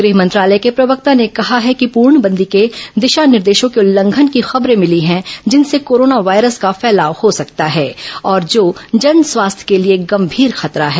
गृह मंत्रालय के प्रवक्ता ने कहा है कि पूर्णबंदी के दिशा निर्देशों के उल्लंघन की खबरें मिली हैं जिनसे कोरोना वायरस का फैलाव हो सकता है और जो जन स्वास्थ्य के लिए गंभीर खतरा है